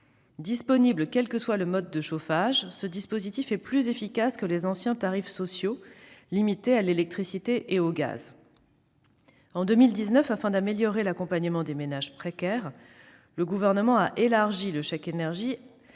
Disponible quel que soit le mode de chauffage, ce dispositif est plus efficace que les anciens tarifs sociaux, limités à l'électricité et au gaz. En 2019, afin d'améliorer l'accompagnement des ménages précaires, le Gouvernement a élargi le chèque énergie